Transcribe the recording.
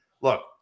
Look